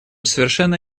совершенно